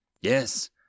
Yes